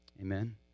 Amen